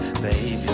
Baby